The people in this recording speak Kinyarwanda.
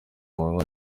amanywa